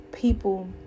People